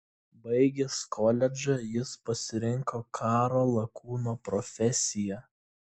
baigęs koledžą jis pasirinko karo lakūno profesiją